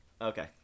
Okay